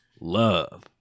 Love